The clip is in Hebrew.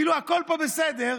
כאילו הכול פה בסדר.